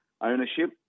ownership